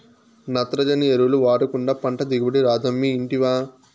నత్రజని ఎరువులు వాడకుండా పంట దిగుబడి రాదమ్మీ ఇంటివా